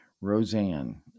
Roseanne